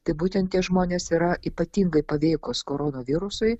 tai būtent tie žmonės yra ypatingai paveikūs koronavirusui